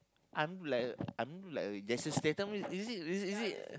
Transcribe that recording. I'm like I'm like there's a certain time is it is is it